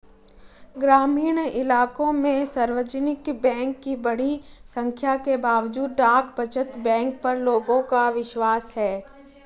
ग्रामीण इलाकों में सार्वजनिक बैंक की बड़ी संख्या के बावजूद डाक बचत बैंक पर लोगों का विश्वास है